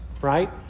right